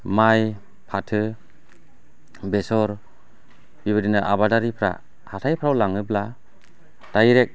माइ फाथो बेसर बेबायदिनो आबादारिफ्रा हाथायफ्राव लाङोब्ला डाइरेक्ट